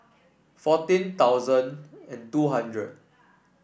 fourteen thousand and two hundred